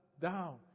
down